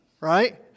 right